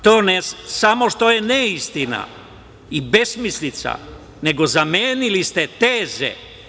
To ne samo što je neistina i besmislica, nego zamenili ste teze.